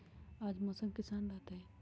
आज मौसम किसान रहतै?